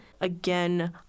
again